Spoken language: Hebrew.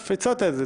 הצעת את זה.